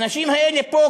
האנשים האלה פה,